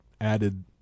added